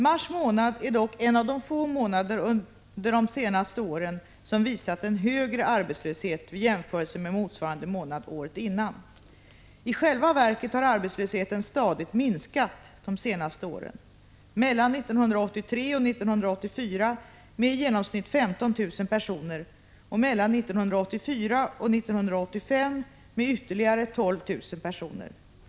Mars månad är dock en av de få månader under de senaste åren, som visat en högre arbetslöshet vid jämförelse med motsvarande månad året innan. I själva verket har arbetslösheten stadigt minskat de senaste åren, mellan 1983 och 1984 med i genomsnitt 15 000 personer och mellan 1984 och 1985 med ytterligare 12 000 personer.